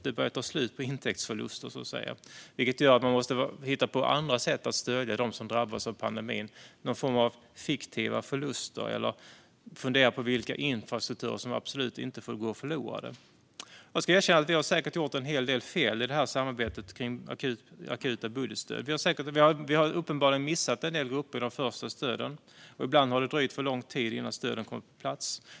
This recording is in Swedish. Det börjar bli slut på intäktsförluster, så att säga. Det gör att man måste hitta på andra sätt att stödja dem som drabbas av pandemin - någon form av fiktiva förluster eller att fundera på vilka infrastrukturer som absolut inte få gå förlorade. Jag ska erkänna att vi säkert har gjort en hel del fel i samarbetet om akuta budgetstöd. Vi missade uppenbarligen en hel del grupper i de första stöden, och ibland har det dröjt för lång tid innan stöden har kommit på plats.